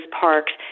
parks